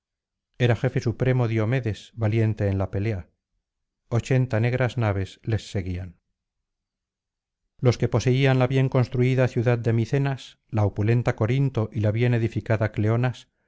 era jefe supremo diomedes valiente en la pelea ochenta negras naves les seguían los que poseían la bien construida ciudad de micenas la opulenta corinto y la bien edificada cleonas